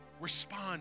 respond